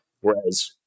whereas